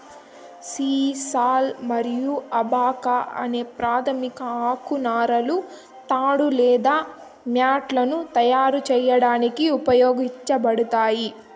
sisal మరియు abaca అనే ప్రాధమిక ఆకు నారలు తాడు లేదా మ్యాట్లను తయారు చేయడానికి ఉపయోగించబడతాయి